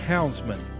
Houndsman